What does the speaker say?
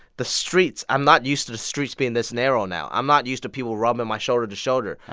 the streets i'm not used to the streets being this narrow now. i'm not used to people rubbing my shoulder to shoulder.